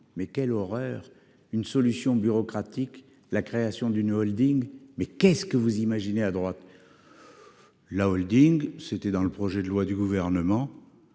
Mais quelle horreur. Une solution bureaucratique. La création d'une Holding. Mais qu'est-ce que vous imaginez à droite. La Holding, c'était dans le projet de loi du gouvernement.